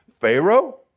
Pharaoh